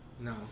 No